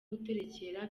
guterekera